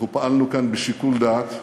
אנחנו פעלנו כאן בשיקול דעת,